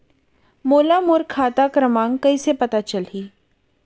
मोला मोर खाता क्रमाँक कइसे पता चलही?